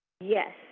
Yes